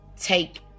take